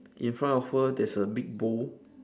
in front of her there's a big bowl